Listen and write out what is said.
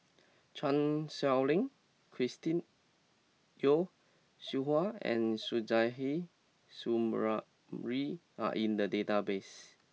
Chan Sow Lin Chris Yeo Siew Hua and Suzairhe Sumari are in the database